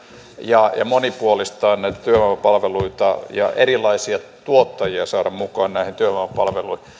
ja ja monipuolistaa näitä työvoimapalveluita ja saada erilaisia tuottajia mukaan näihin työvoimapalveluihin